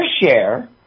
share